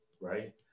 right